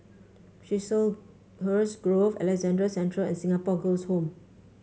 Chiselhurst Grove Alexandra Central and Singapore Girls' Home